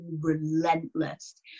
relentless